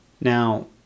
Now